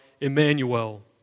Emmanuel